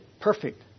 Perfect